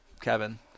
Kevin